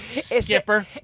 Skipper